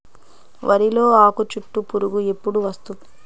వరిలో ఆకుచుట్టు పురుగు ఎప్పుడు వస్తుంది?